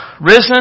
risen